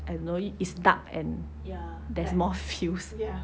and knowing it's dark and there's more feels